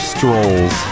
Strolls